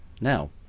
Now